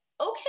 okay